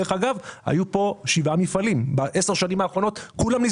דרך אגב, היו פה שבעה מפעלים שכולם נסגרו.